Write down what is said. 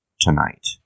tonight